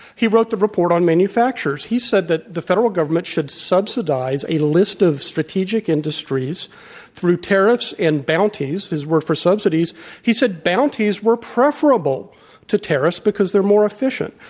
he wrote the report on manufacturers. he said that the federal government should subsidize a list of strategic industries through tariffs and bounties his word for subsidies he said bounties were preferable to tariffs because they're more efficient.